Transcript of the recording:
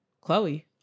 Chloe